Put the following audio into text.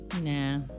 Nah